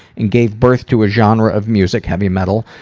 and gave birth to a genre of music, heavy metal,